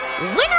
Winner